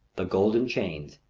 the golden chains,